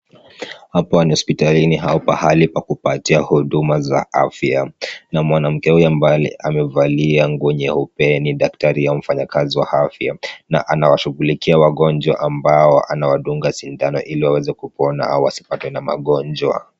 Hapa ni hospitalini au pahali pa kupatia huduma za afya na mwanamke huyu ambaye amevalia nguo nyeupe ni daktari au mfanyakazi wa afya na anawashughulikia wagonjwa ambao anawadunga sindano ili waweze kupona au wasipatwe na magonjwa.